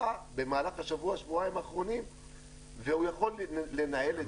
במהלך השבוע-שבועיים האחרונים והוא יכול לנהל את זה